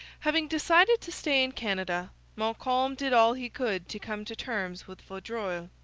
having decided to stay in canada montcalm did all he could to come to terms with vaudreuil,